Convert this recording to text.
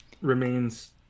remains